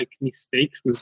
mistakes